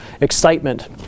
excitement